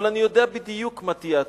אבל אני יודע בדיוק מה תהיה התשובה.